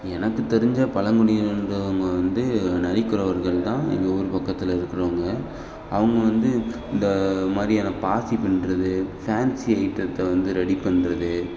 எனக்குத் தெரிஞ்ச பழங்குடி இனத்தவங்கள் வந்து நரிக்குறவர்கள் தான் எங்கள் ஊர் பக்கத்தில் இருக்கிறவங்க அவங்க வந்து இந்த மாதிரியான பாசி பின்ணுறது ஃபேன்சி ஐட்டத்தை வந்து ரெடி பண்ணுறது